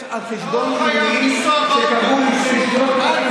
על חשבון אירועים שקרו לפני 3,500 שנה?